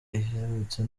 iherutse